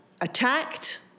attacked